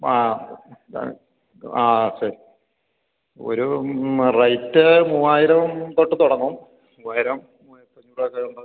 ആ വേ ആ ശരി ഒരു റേറ്റ് മൂവായിരം തൊട്ട് തുടങ്ങും മൂവായിരം മൂവായിരത്തഞ്ഞൂറൊക്കെയുള്ള